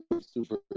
super